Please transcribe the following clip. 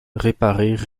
réparer